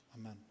Amen